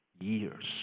years